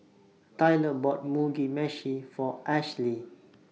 Tyler bought Mugi Meshi For Ashli